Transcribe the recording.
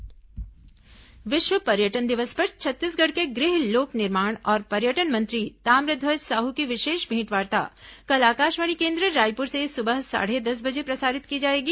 पर्यटन मंत्री विशेष भेंटवार्ता विश्व पर्यटन दिवस पर छत्तीसगढ़ के गृह लोक निर्माण और पर्यटन मंत्री ताम्रध्वज साहू की विशेष भेंटवार्ता कल आकाशवाणी केन्द्र रायपुर से सुबह साढ़े दस बजे प्रसारित की जाएगी